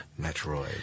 Metroid